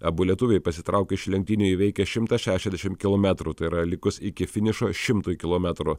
abu lietuviai pasitraukė iš lenktynių įveikę šimtą šešiasdešim kilometrų tai yra likus iki finišo šimtui kilometrų